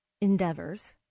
endeavors